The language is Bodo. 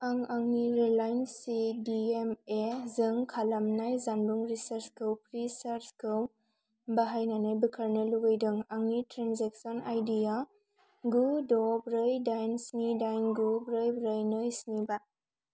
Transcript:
आं आंनि Reliance C D M A जों खालामनाय जानबुं रिचार्ज खौ फ्री चार्ज खौ बाहायनानै बोखारनो लुगैदों आंनि ट्रेन्जेकसन आईडि आ गु द' ब्रै दाइन स्नि दाइन गु ब्रै ब्रै नै स्नि बा